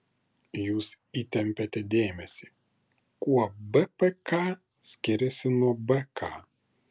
jūs įtempiate dėmesį kuo bpk skiriasi nuo bk